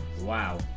Wow